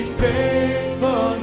faithful